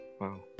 Wow